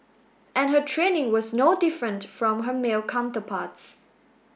and her training was no different from her male counterparts